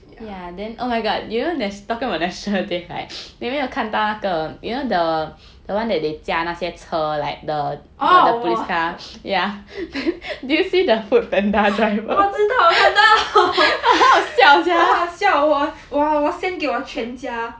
ya oh 我 我知道我看到很好笑我我 send 给我全家